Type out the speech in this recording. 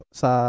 sa